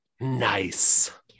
nice